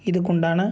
இதுக்கு உண்டான